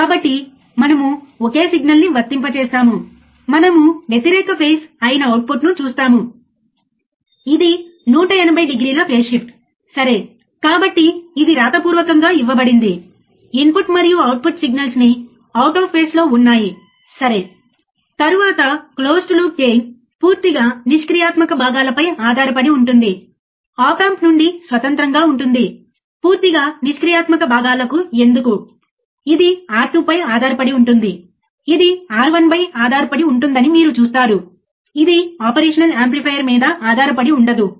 కాబట్టి ఇన్పుట్ వోల్టేజీలు గ్రౌండ్ కావడంతో టెర్మినల్స్ రెండూ గ్రౌండ్ చేయబడి ఉన్నాయి ఇప్పుడు మనం అవుట్పుట్ వోల్టేజ్ ను అర్థం చేసుకుంటున్నాము ఇక్కడ నుండి అవుట్పుట్ వోల్టేజ్ పిన్ నంబర్ 6 తో లేదా పిన్ నంబర్ 6 మరియు గ్రౌండ్ మధ్య పిన్ నంబర్ 6 వద్ద అవుట్పుట్ వోల్టేజ్ ను కొలవవచ్చు